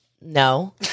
No